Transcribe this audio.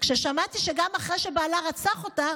כששמעתי שגם אחרי שבעלה רצח אותה